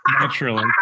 naturally